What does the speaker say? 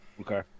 Okay